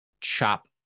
chop